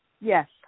Yes